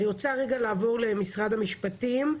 נציגת משרד המשפטים,